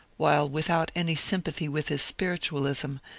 while without any sympathy with his spiritualism,